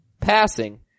passing